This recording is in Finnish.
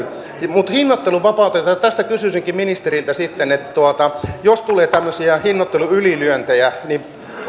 mutta hinnoittelu vapautetaan ja tästä kysyisinkin ministeriltä jos tulee tämmöisiä hinnoitteluylilyöntejä niin